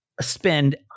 spend